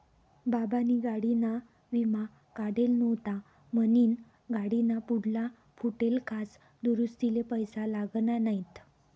बाबानी गाडीना विमा काढेल व्हता म्हनीन गाडीना पुढला फुटेल काच दुरुस्तीले पैसा लागना नैत